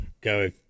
go